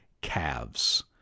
calves